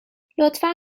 لطفا